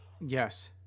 Yes